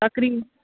تقریٖی